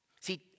See